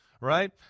right